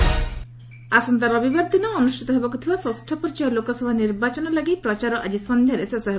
campaigning ଆସନ୍ତା ରବିବାର ଦିନ ଅନୁଷ୍ଠିତ ହେବାକୁ ଥିବା ଷଷ୍ଠ ପର୍ଯ୍ୟାୟ ଲୋକସଭା ନିର୍ବାଚନ ଲାଗି ପ୍ରଚାର ଆକି ସନ୍ଧ୍ୟାରେ ଶେଷ ହେବ